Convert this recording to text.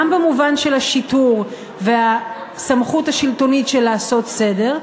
גם במובן של השיטור והסמכות השלטונית של לעשות סדר,